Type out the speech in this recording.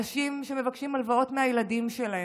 אנשים שמבקשים הלוואות מהילדים שלהם,